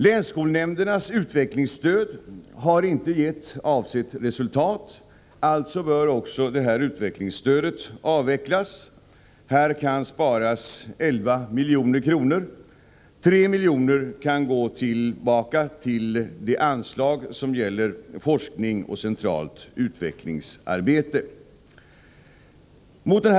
Länsskolnämndernas utvecklingsstöd har inte gett avsett resultat. Alltså bör också detta utvecklingsstöd avvecklas. Här kan 11 milj.kr. sparas. 3 milj.kr. kan gå tillbaka till det anslag som gäller forskning och centralt utvecklingsarbete. Fru talman!